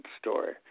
story